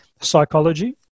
psychology